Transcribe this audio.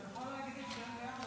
אתה יכול להגיד את שתיהן ביחד,